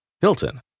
Hilton